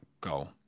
goal